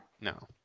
No